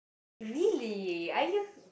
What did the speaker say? really are you